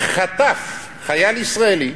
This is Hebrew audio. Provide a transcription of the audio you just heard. חטף חייל ישראלי.